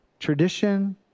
Tradition